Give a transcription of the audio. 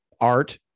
art